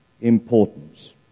importance